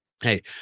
hey